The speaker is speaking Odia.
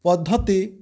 ପଦ୍ଧତି